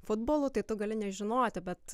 futbolu tai tu gali nežinoti bet